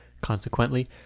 Consequently